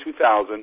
2000